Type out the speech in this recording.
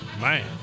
Man